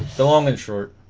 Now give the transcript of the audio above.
the long and short